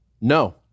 no